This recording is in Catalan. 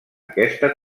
aquesta